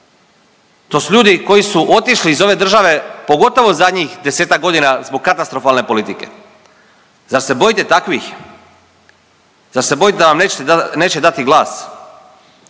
To su ljudi koji su otišli iz ove države pogotovo u zadnjih desetak godina zbog katastrofalne politike. Zar se bojite takvih? Zar se bojite da vam neće dati glas?